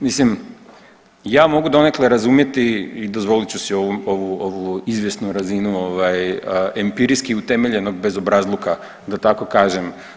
Mislim, ja mogu donekle razumjeti i dozvolit ću si ovu izvjesnu razinu ovaj, empirijski utemeljenog bezobrazluka, da tako kažem.